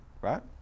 right